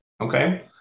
okay